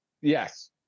Yes